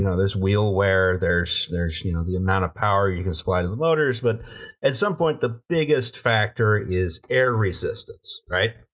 you know there's wheel wear, there's there's you know the amount of power you can supply to the motors, but at some point the biggest factor is air resistance, right?